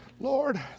Lord